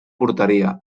portaria